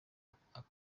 akuriwe